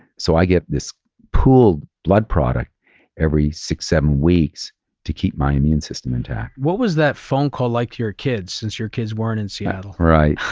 so i get this pooled blood product every six, seven weeks to keep my immune system intact. what was that phone call like your kids since your kids weren't in seattle? right,